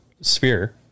sphere